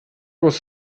was